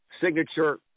signature